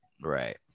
right